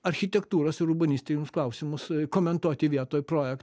architektūros ir urbanistinius klausimus komentuoti vietoj proje